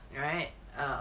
right um